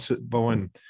bowen